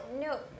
No